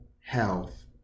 health